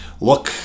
look